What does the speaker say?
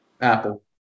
Apple